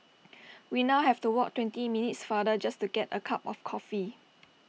we now have to walk twenty minutes farther just to get A cup of coffee